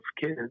kids